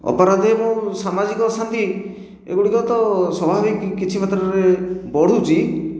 ଅପରାଧ ଏବଂ ସାମାଜିକ ଅଶାନ୍ତି ଏଗୁଡ଼ିକ ତ ସ୍ଵାଭାବିକ କିଛି ମାତ୍ରାରେ ବଢ଼ୁଛି